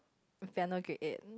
piano grade eight